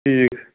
ٹھیٖک